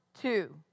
Two